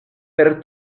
per